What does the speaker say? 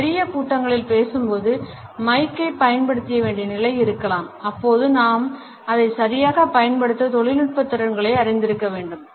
நாம் பெரிய கூட்டங்களில் பேசும்போது மைக்கைப் பயன்படுத்த வேண்டிய நிலை இருக்கலாம் அப்போது நாம் அதை சரியாக பயன்படுத்த தொழில்நுட்ப திறன்களை அறிந்திருக்க வேண்டும்